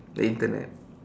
the Internet